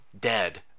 dead